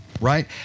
right